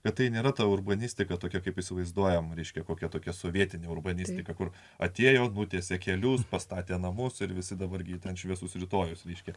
kad tai nėra ta urbanistika tokia kaip įsivaizduojame reiškia kokia tokia sovietinė urbanistika kur atėjo nutiesė kelius pastatė namus ir visi dabar gydant šviesus rytojus ryški